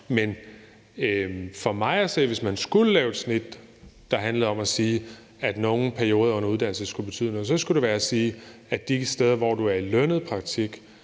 8 år gammelt. Men hvis man skulle lave et snit, der handler om at sige, at nogle perioder under uddannelse skulle betyde noget, så skulle det for mig at se være at sige, at de steder, hvor du er i lønnet praktik,